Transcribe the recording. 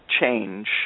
change